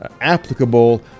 applicable